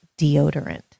deodorant